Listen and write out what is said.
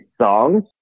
songs